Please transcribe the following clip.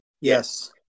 Yes